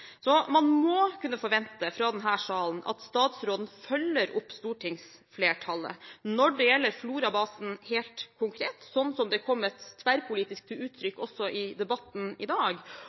Så man må kunne forvente fra denne salen at statsråden følger opp stortingsflertallet når det gjelder Florabasen helt konkret, slik som det er kommet tverrpolitisk til uttrykk også i debatten i dag,